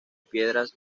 piedras